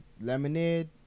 Lemonade